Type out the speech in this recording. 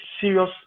serious